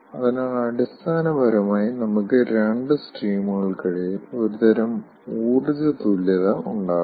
അതിനാൽ അടിസ്ഥാനപരമായി നമുക്ക് രണ്ട് സ്ട്രീമുകൾക്കിടയിൽ ഒരുതരം ഊർജ്ജ തുല്യത ഉണ്ടാകും